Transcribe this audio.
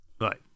Right